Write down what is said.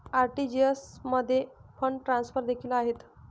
RTGS मध्ये fund transfer देखील आहेत